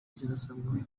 zirasabwa